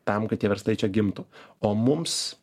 tam kad tie verslai čia gimtų o mums